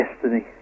destiny